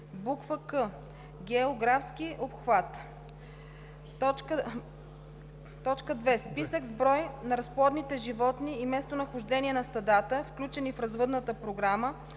к) географски обхват; 2. списък с брой на разплодните животни и местонахождение на стадата, включени в развъдната програма,